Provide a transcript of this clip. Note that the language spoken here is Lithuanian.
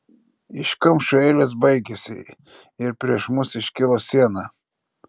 iškamšų eilės baigėsi ir prieš mus iškilo siena